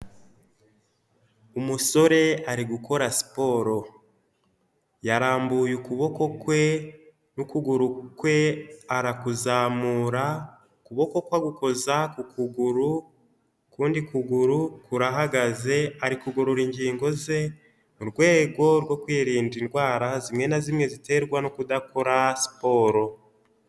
Umusore ari gukora siporo, yarambuye ukuboko kwe n'ukuguru kwe arakuzamura, ukuboko kwe agukoza ku kuguru, ukundi kuguru kurahagaze ari kugorora ingingo ze mu rwego rwo kwirinda indwara zimwe na zimwe ziterwa no kudakora siporo.